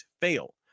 fail